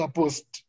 post